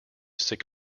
sick